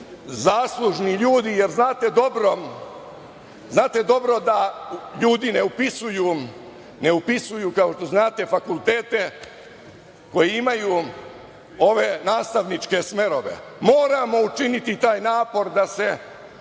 zaslužni ljudi, jer znate dobro da ljudi ne upisuju fakultete koji imaju ove nastavničke smerove. Moramo učiniti i taj napor da se